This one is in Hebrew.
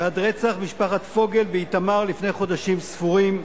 ועד רצח משפחת פוגל באיתמר לפני חודשים ספורים,